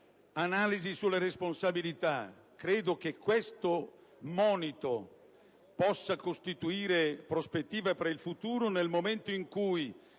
analisi sulle responsabilità. Credo che tale monito possa costituire prospettiva per il futuro nel momento in cui